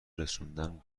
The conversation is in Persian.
رسوندن